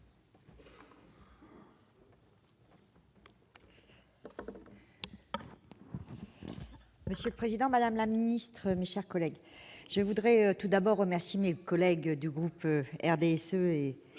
Monsieur le président, madame la ministre, mes chers collègues, je tiens tout d'abord à remercier mes collègues du groupe du RDSE et